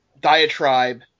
diatribe